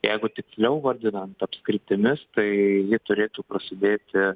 jeigu tiksliau vadinant apskritimis tai ji turėtų prasidėti